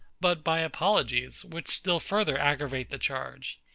but by apologies, which still further aggravate the charge.